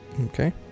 Okay